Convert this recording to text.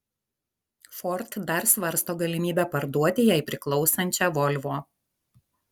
ford dar svarsto galimybę parduoti jai priklausančią volvo